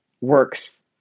works